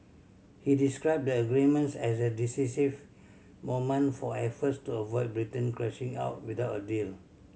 he described the agreements as a decisive moment for efforts to avoid Britain crashing out without a deal